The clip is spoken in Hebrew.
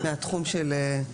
(א)